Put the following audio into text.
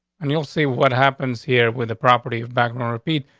and you'll see what happens here with the property of background. repeat,